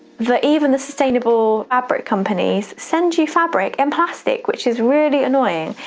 the even the sustainable fabric companies send you fabric in plastic, which is really annoying.